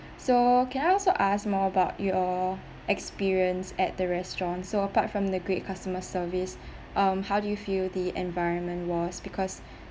so can I also ask more about your experience at the restaurant so apart from the great customer service um how do you feel the environment was because